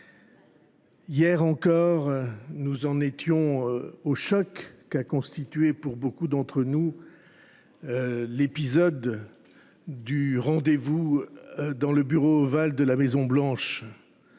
Hier encore, nous en étions au choc qu’a constitué, pour beaucoup d’entre nous, l’épisode du rendez vous, dans le Bureau ovale de la Maison Blanche,